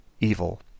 evil